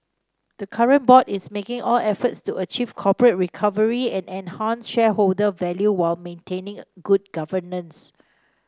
the current board is making all efforts to achieve corporate recovery and enhance shareholder value while maintaining good governance